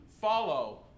follow